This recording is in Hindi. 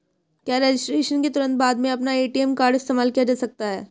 क्या रजिस्ट्रेशन के तुरंत बाद में अपना ए.टी.एम कार्ड इस्तेमाल किया जा सकता है?